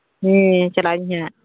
ᱦᱮᱸ ᱪᱟᱞᱟᱜ ᱟᱹᱧ ᱦᱟᱸᱜ